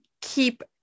keep